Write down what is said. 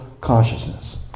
consciousness